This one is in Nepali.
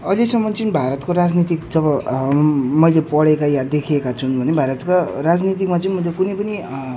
अहिलेसम्म चाहिँ भारतको राजनीतिक जब मैले पढेका वा देखिएका छन् भने भारतका राजनीतिमा चाहिँ मतलब कुनै पनि